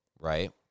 right